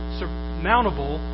surmountable